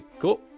cool